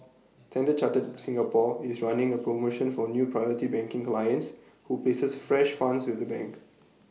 standard chartered Singapore is running A promotion for new priority banking clients who places fresh funds with the bank